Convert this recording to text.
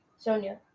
Sonia